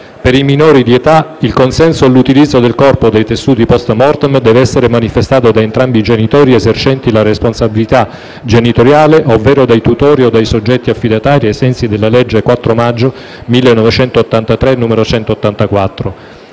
Per i minori di età il consenso all'utilizzo del corpo o dei tessuti *post mortem* deve essere manifestato nelle forme di cui al comma 1 da entrambi i genitori esercenti la responsabilità genitoriale ovvero dai tutori o dai soggetti affidatari ai sensi della legge 4 maggio 1983, n. 184.